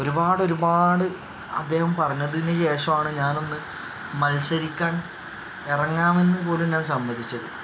ഒരുപാട് ഒരുപാട് അദ്ദേഹം പറഞ്ഞതിന് ശേഷമാണ് ഞാൻ ഒന്ന് മത്സരിക്കാൻ ഇറങ്ങാമെന്ന് പോലും ഞാൻ സമ്മതിച്ചത്